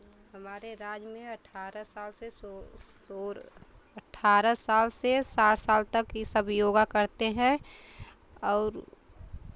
हमारे राज्य में अट्ठारह साल से सो सोलह अट्ठारह साल से साठ साल तक की सब योगा करते हैं और